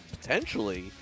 potentially